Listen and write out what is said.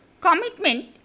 commitment